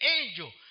angel